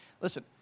listen